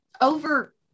over